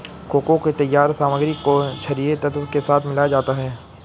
cocoa के तैयार सामग्री को छरिये तत्व के साथ मिलाया जाता है